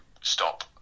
stop